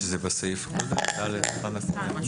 שזה בסעיף (ד)(1) הקודם.